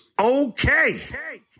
okay